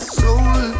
soul